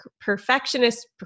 perfectionist